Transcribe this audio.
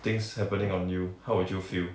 things happening on you how would you feel